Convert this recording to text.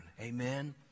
Amen